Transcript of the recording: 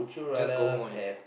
just go home only